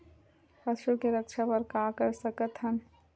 पशु के रक्षा बर का कर सकत हन?